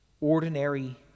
ordinary